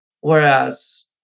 whereas